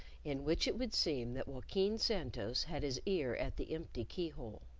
in which it would seem that joaquin santos had his ear at the empty keyhole.